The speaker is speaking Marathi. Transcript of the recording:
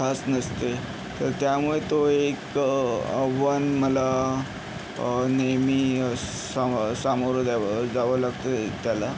खास नसते तर त्यामुळे तो एक आव्हान मला नेहमी सा सामोरं द्यावं जावं लागते त्याला